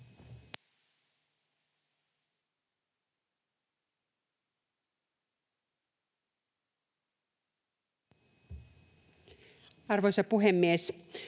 Arvoisa puhemies!